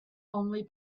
only